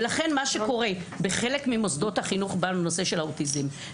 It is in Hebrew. ולכן מה שקורה בחלק ממוסדות החינוך בנושא של האוטיזם,